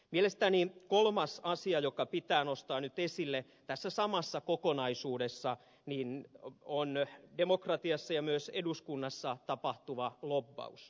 mielestäni kolmas asia joka pitää nostaa nyt esille tässä samassa kokonaisuudessa on demokratiassa ja myös eduskunnassa tapahtuva lobbaus